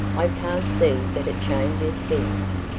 i can't see that it changes things.